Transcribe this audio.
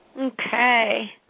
Okay